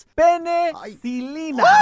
penicilina